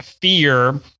fear